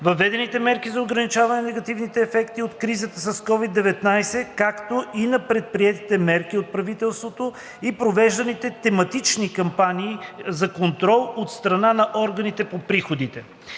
въведените мерки за ограничаване на негативните ефекти от кризата с COVID-19, както и на предприетите мерки от правителството и провежданите тематични кампании за контрол от страна на органите по приходите.